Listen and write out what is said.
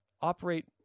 operate